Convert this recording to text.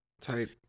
type